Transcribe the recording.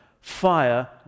Fire